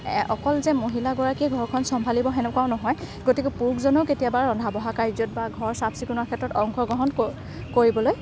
অকল যে মহিলা গৰাকীয়েই যে ঘৰখন চম্ভালিব সেনেকুৱাও নহয় গতিকে পুৰুষজনেও কেতিয়াবা ৰন্ধা বঢ়া কাৰ্যত বা চাফ চিকুনৰ ক্ষেত্ৰত অংশগ্ৰহণ কৰিবলৈ